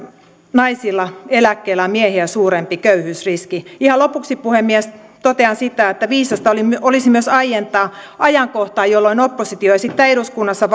naisilla on miehiä suurempi köyhyysriski ihan lopuksi puhemies totean että viisasta olisi myös aientaa ajankohtaa jolloin oppositio esittää eduskunnassa